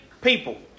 people